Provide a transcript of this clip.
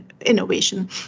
innovation